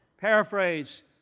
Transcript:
Paraphrase